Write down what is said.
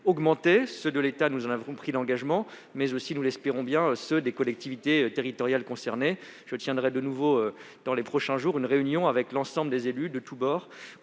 ceux de l'État- nous en avons pris l'engagement -mais aussi, nous l'espérons, ceux des collectivités territoriales impliquées. Je tiendrai une nouvelle réunion dans les prochains jours avec l'ensemble des élus de tous bords